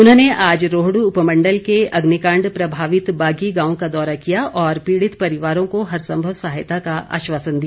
उन्होंने आज रोहडू उपमंडल के अग्निकांड प्रभावित बागी गांव का दौरा किया और पीड़ित परिवारों को हर संभव सहायता का आश्वासन दिया